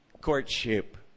courtship